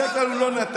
בדרך כלל הוא לא נתן,